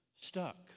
stuck